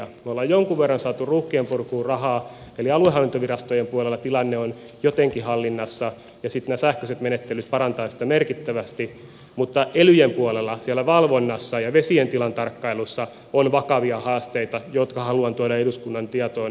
me olemme jonkun verran saaneet ruuhkien purkuun rahaa eli aluehallintovirastojen puolella tilanne on jotenkin hallinnassa ja sitten nämä sähköiset menettelyt parantavat sitä merkittävästi mutta elyjen puolella valvonnassa ja vesien tilan tarkkailussa on vakavia haasteita jotka haluan tuoda eduskunnan tietoon